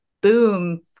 boom